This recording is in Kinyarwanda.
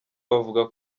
bavuga